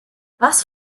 was